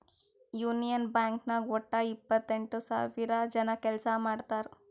union Bank ನಾಗ್ ವಟ್ಟ ಎಪ್ಪತ್ತೆಂಟು ಸಾವಿರ ಜನ ಕೆಲ್ಸಾ ಮಾಡ್ತಾರ್